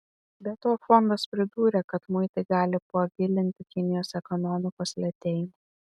be to fondas pridūrė kad muitai gali pagilinti kinijos ekonomikos lėtėjimą